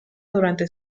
durante